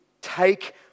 take